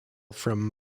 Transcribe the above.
from